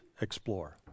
explore